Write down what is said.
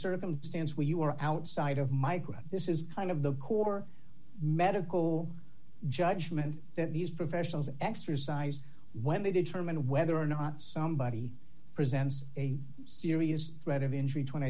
circumstance where you are outside of my group this is kind of the core medical judgment that these professionals exercised when they determine whether or not somebody presents a serious threat of injury tw